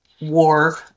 war